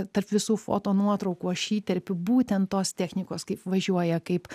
tarp visų fotonuotraukų aš įterpiu būtent tos technikos kaip važiuoja kaip